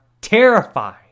terrified